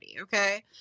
okay